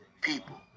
people